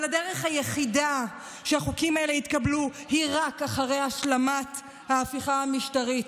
אבל הדרך היחידה שהחוקים האלה יתקבלו היא רק אחרי השלמת ההפיכה המשטרית.